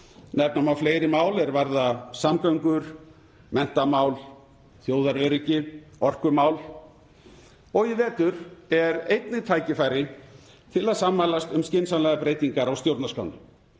Nefna má fleiri mál er varða samgöngur, menntamál, þjóðaröryggi og orkumál. Og í vetur er tækifæri til að sammælast um skynsamlegar breytingar á stjórnarskránni.